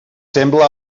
sembla